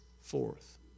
forth